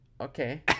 Okay